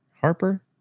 Harper